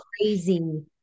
crazy